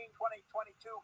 2022